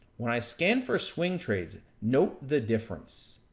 when i scan for swing trades, note the difference.